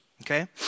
Okay